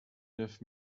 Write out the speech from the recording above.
neuf